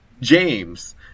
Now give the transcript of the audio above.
James